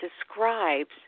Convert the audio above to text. describes